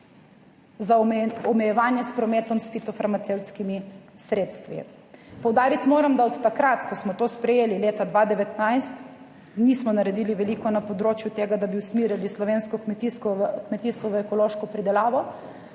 za omejevanje s prometom s fitofarmacevtskimi sredstvi. Poudariti moram, da od takrat, ko smo to sprejeli, leta 2019, nismo naredili veliko na področju tega, da bi usmerjali slovensko kmetijstvo v ekološko pridelavo,